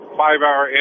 five-hour